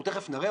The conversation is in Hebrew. אנחנו תכף נראה.